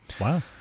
Wow